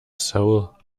soul